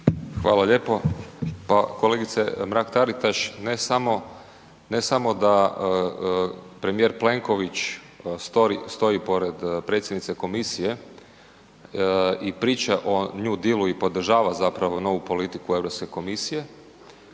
Hvala lijepo. Pa kolegice Mrak-Taritaš. Ne samo da premijer Plenković stoji pored predsjednice komisije i priča o New Dealu i podržava zapravo novu politiku EU komisije.